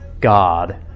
God